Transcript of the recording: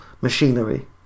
machinery